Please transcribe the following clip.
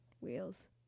wheels